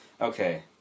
Okay